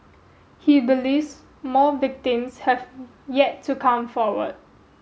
he believes more victims have yet to come forward